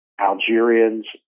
Algerians